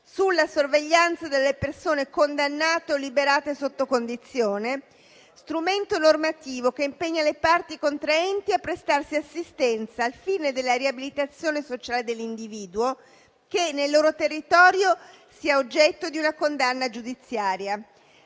sulla sorveglianza delle persone condannate o liberate sotto condizione, strumento normativo che impegna le parti contraenti a prestarsi assistenza al fine della riabilitazione sociale dell'individuo che nel loro territorio sia oggetto di una condanna giudiziaria.